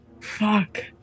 Fuck